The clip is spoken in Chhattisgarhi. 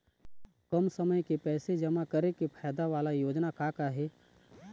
कम समय के पैसे जमा करे के फायदा वाला योजना का का हे?